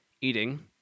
eating